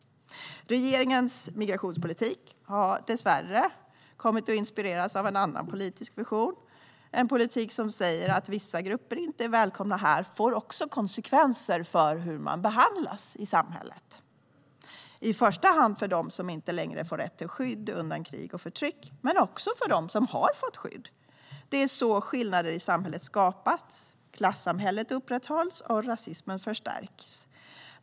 Regeringens migrationspolitik har dessvärre kommit att inspireras av en annan politisk vision. En politik som säger att vissa grupper inte är välkomna här får också konsekvenser för hur man behandlas i samhället, i första hand för dem som inte längre får rätt till skydd undan krig och förtryck men också för dem som redan har fått skydd. Det är så skillnader i samhället skapas, klassamhället upprätthålls och rasismen förstärks.